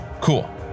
cool